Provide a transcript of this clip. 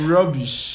Rubbish